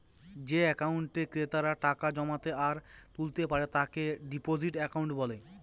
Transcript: যে একাউন্টে ক্রেতারা টাকা জমাতে আর তুলতে পারে তাকে ডিপোজিট একাউন্ট বলে